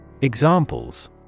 Examples